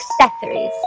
Accessories